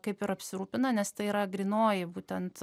kaip ir apsirūpina nes tai yra grynoji būtent